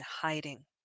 hiding